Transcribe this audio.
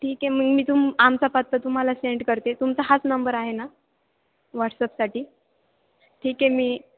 ठीक आहे मग मी तुम आमचा पत्ता तुम्हाला सेंड करते तुमचा हाच नंबर आहे ना व्हॉट्सअपसाठी ठीक आहे मी